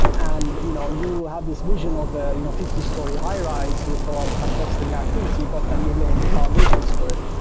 and you know you have this vision of a you know fifty storey high-rise with a lot of kind of bustling activity, but then you're laying the foundations for it.